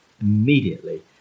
immediately